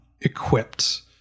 equipped